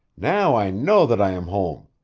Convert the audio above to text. now i know that i am home!